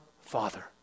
Father